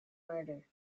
murder